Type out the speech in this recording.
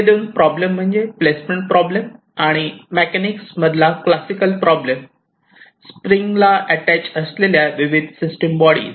ते दोन प्रॉब्लेम म्हणजे प्लेसमेंट प्रॉब्लेम आणि मेकॅनिक्स मधला क्लासिकल प्रॉब्लेम स्प्रिंगला ऍटॅच असलेल्या विविध सिस्टम बॉडीज